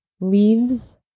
leaves